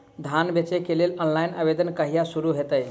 धान बेचै केँ लेल ऑनलाइन आवेदन कहिया शुरू हेतइ?